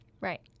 Right